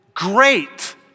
Great